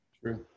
true